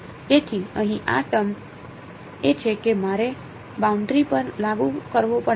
તેથી અહીં આ ટર્મ એ છે કે મારે બાઉન્ડરી પર લાગુ કરવો પડશે